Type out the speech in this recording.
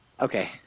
Okay